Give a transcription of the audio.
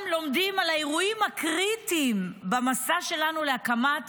לומדים על האירועים הקריטיים במסע שלנו להקמת